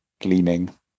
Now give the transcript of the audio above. gleaming